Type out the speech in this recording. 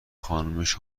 خانومش